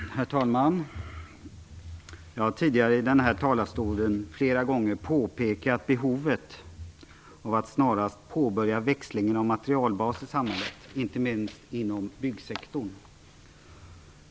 Herr talman! Jag har flera gånger tidigare i denna talarstol påpekat behovet av att snarast påbörja växlingen av materialbas i samhället, inte minst inom byggsektorn.